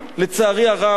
לצערי הרב,